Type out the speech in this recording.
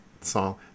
song